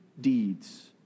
deeds